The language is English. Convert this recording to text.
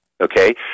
Okay